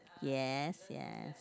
yes yes